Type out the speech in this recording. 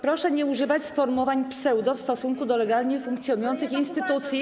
Proszę nie używać sformułowania „pseudo-” w stosunku do legalnie funkcjonujących instytucji.